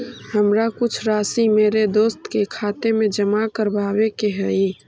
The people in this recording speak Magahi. हमारा कुछ राशि मेरे दोस्त के खाते में जमा करावावे के हई